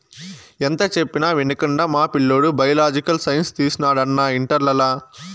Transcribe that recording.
ఎంత చెప్పినా వినకుండా మా పిల్లోడు బయలాజికల్ సైన్స్ తీసినాడు అన్నా ఇంటర్లల